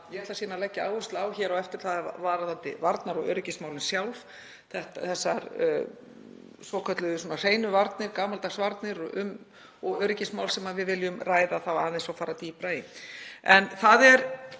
ég ætla að leggja áherslu á hér á eftir varðandi varnar- og öryggismálin sjálf, þessar svokölluðu hreinu varnir, gamaldags svarnir og öryggismál sem við viljum ræða þá aðeins og fara dýpra í. Tillagan